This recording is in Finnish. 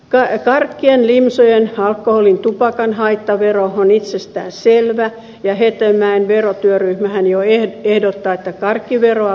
karkkien limsojen alkoholin tupakan haittavero on itsestään selvä ja hetemäen verotyöryhmähän jo ehdottaa että karkkiveroa voisi nostaa